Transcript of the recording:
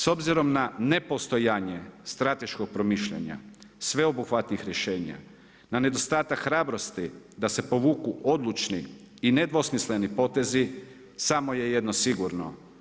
S obzirom na nepostojanje strateškog promišljanja sveobuhvatnih rješenja, na nedostatak hrabrosti da se povuku odlučni i nedvosmisleni potezi samo je jedno sigurno.